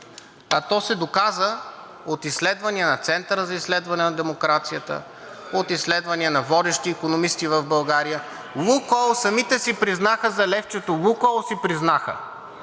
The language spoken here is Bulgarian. а то се доказа от изследвания на Центъра за изследване на демокрацията, от изследвания на водещи икономисти в България. „Лукойл“ сами си признаха за левчето. „Лукойл“ си признаха!